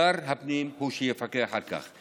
שר הפנים הוא שיפקח על כך.